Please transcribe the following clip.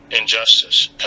injustice